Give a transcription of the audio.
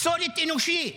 פסולת אנושית.